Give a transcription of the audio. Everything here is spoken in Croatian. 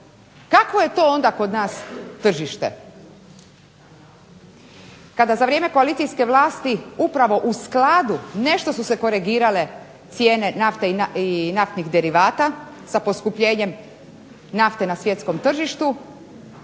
Kakvo je to onda kod nas tržište kada za vrijeme koalicijske vlasti upravo u skladu nešto su se korigirale cijene nafte i naftnih derivata sa poskupljenjem nafte na svjetskom tržištu,